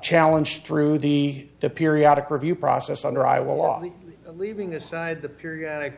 challenge through the periodic review process under iowa law leaving aside the periodic